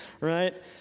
right